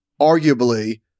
arguably